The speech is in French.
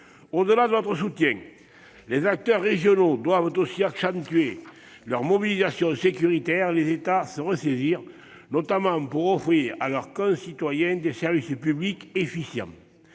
Au-delà de notre soutien, les acteurs régionaux doivent accentuer leur mobilisation sécuritaire : les États doivent se ressaisir, notamment pour offrir à leurs concitoyens des services publics efficients.